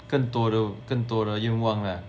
更多的更多的愿望啦